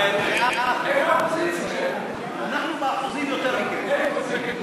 את הצעת חוק לתיקון פקודת בריאות העם (שירות בחירת רופא),